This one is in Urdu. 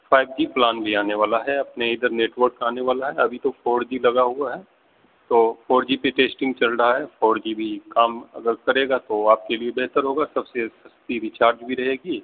فائیو جی پلان بھی آنے والا ہے اپنے ادھر نیٹ ورک آنے والا ہے ابھی تو فور جی لگا ہوا ہے تو فور جی پہ ٹیسٹنگ چل رہا ہے فور جی بھی کام اگر کرے گا تو آپ کے لیے بہتر ہوگا سب سے سستی ریچارج بھی رہے گی